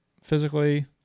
physically